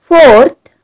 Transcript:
Fourth